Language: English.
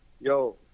Yo